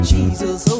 Jesus